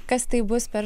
kas tai bus per